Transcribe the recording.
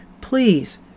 please